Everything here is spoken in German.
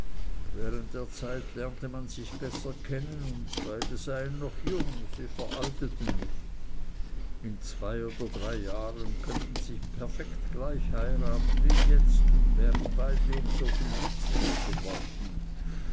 während der zeit lernte man sich besser kennen und beide seien noch jung sie veralteten nicht in zwei oder drei jahren könnten sie perfekt gleich heiraten wie jetzt und wären beide um so viel witziger geworden